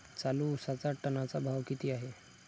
चालू उसाचा टनाचा भाव किती आहे?